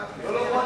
לא אכפת לי